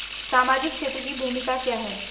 सामाजिक क्षेत्र की भूमिका क्या है?